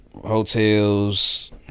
hotels